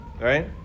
right